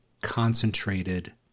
concentrated